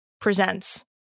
presents